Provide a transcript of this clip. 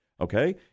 okay